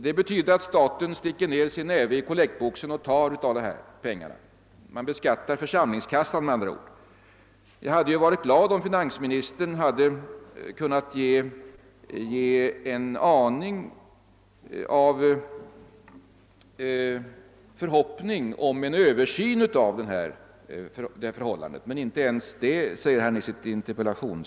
Det betyder att staten sticker ner sin näve i kollektboxen och tar av dessa pengar — församlingskassan beskattas med andra ord. Jag skulle ha varit glad om finansministerns svar kunnat ge upphov till åtminstone aningen av en förhoppning om en översyn av förhållandena, men så är tyvärr inte fallet.